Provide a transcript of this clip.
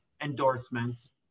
endorsements